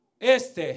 Este